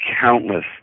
countless